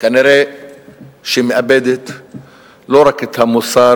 כנראה שמאבדת לא רק את המוסר